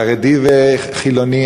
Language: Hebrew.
חרדי וחילוני,